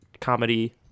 comedy